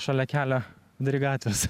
šalia kelio vidurį gatvės